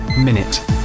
minute